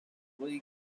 league